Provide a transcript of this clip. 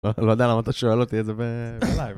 לא יודע למה אתה שואל אותי את זה בלייב